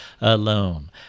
alone